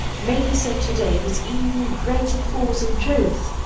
may be said to-day with even greater force and truth.